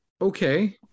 Okay